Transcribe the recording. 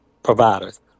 Providers